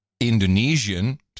Indonesian